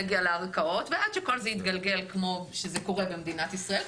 נגיע לערכאות ועד שכל זה יתגלגל כמו שזה קורה במדינת ישראל,